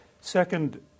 Second